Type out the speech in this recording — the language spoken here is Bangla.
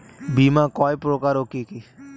বীমা কয় প্রকার কি কি?